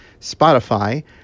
Spotify